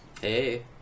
Hey